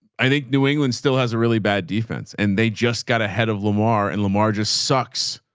i think new england still has a really bad defense and they just got ahead of lamar and lamar just sucks.